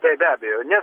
taip be abejo nes